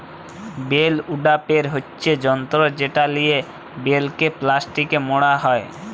bell উড়াপের হচ্যে যন্ত্র যেটা লিয়ে বেলকে প্লাস্টিকে মড়া হ্যয়